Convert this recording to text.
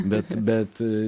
bet bet